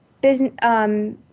business